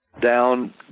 down